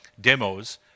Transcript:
demos